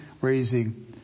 raising